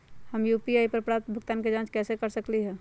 हम यू.पी.आई पर प्राप्त भुगतान के जाँच कैसे कर सकली ह?